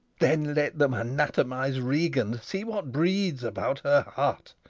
then let them anatomize regan see what breeds about her heart.